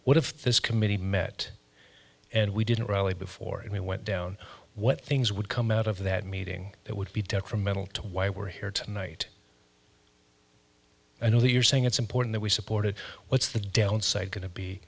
what if this committee met and we didn't really before we went down what things would come out of that meeting that would be detrimental to why we're here tonight i don't know you're saying it's important that we supported what's the downside going to be